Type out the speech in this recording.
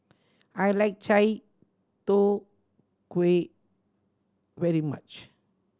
I like chai tow kway very much